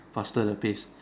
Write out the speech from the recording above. faster the pace